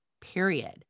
period